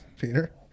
Peter